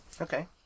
Okay